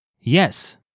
Yes